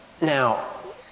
Now